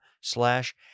slash